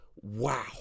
wow